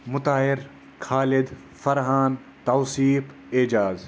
Mutahir Khalid Farhan Tauseef Ejaz